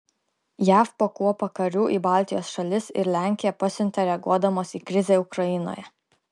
jav po kuopą karių į baltijos šalis ir lenkiją pasiuntė reaguodamos į krizę ukrainoje